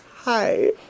Hi